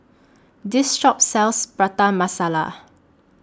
This Shop sells Prata Masala